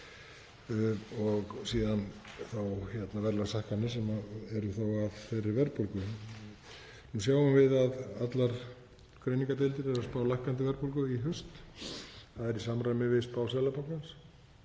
og síðan verðlagshækkanir út af þeirri verðbólgu. Nú sjáum við að allar greiningardeildir eru að spá lækkandi verðbólgu í haust. Það er í samræmi við spá Seðlabankans,